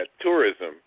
tourism